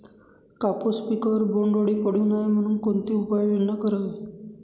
कापूस पिकावर बोंडअळी पडू नये म्हणून कोणती उपाययोजना करावी?